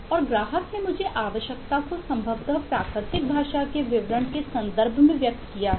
और ग्राहक ने मुझे आवश्यकता को संभवतः प्राकृतिक भाषा के विवरण के संदर्भ में व्यक्त किया है